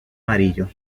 amarillo